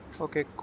okay